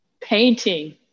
painting